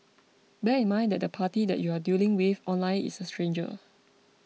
bear in mind that the party that you are dealing with online is a stranger